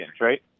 right